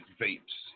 vapes